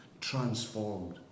transformed